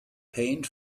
paint